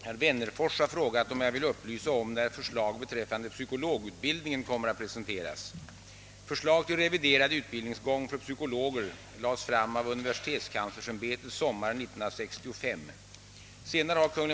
Herr talman! Herr Wennerfors har frågat, om jag vill upplysa om när förslag beträffande psykologutbildningen kommer att presenteras. Förslag till reviderad utbildningsgång för psykologer lades fram av universitetskanslersämbetet sommaren 1965. Senare har Kung.